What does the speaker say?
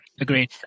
Agreed